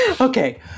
Okay